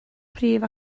prif